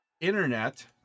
internet